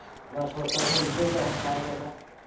ᱵᱟ ᱥᱚᱨᱠᱟᱨ ᱦᱚᱸ ᱩᱫᱽᱫᱳᱜ ᱦᱚᱸ ᱵᱟᱭ ᱦᱟᱛᱟᱣ ᱟᱠᱟᱫᱟ